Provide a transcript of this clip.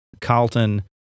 carlton